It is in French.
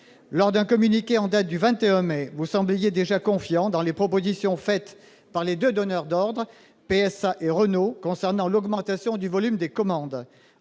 Dans votre communiqué en date du 21 mai dernier, vous sembliez déjà confiant quant aux propositions faites par les deux donneurs d'ordre, PSA et Renault, au sujet de l'augmentation du volume des commandes.